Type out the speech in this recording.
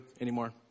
anymore